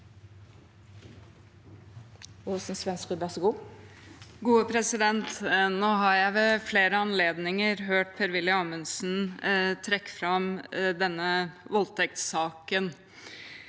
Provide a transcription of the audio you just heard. (A) Nå har jeg ved flere anledninger hørt Per-Willy Amundsen trekke fram denne voldtektssaken,